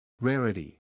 Rarity